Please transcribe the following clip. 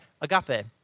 Agape